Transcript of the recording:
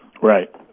Right